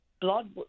blood